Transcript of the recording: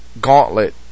gauntlet